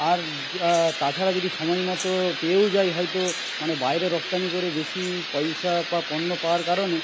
আর তাছাড়া যদি সময় মতো পেয়েও যায় হয়তো মানে বায়রে রপ্তানি করে বেশি পয়সা বা পণ্য পাওয়ার কারণে